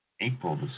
April